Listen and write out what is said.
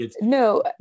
No